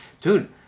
Dude